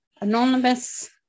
anonymous